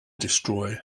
destroy